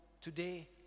today